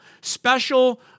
special